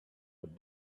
but